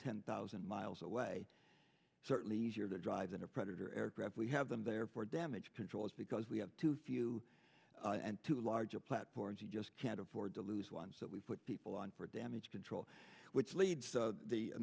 ten thousand miles away certainly easier to drive than a predator aircraft we have them there for damage control is because we have too few and too large of platforms you just can't afford to lose one so we put people on for damage control which leads to the